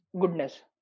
goodness